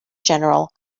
general